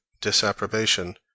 disapprobation